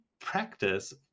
practice